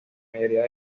mayoría